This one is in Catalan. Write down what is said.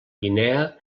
guinea